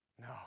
No